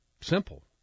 simple